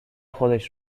خودش